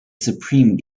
supreme